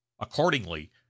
Accordingly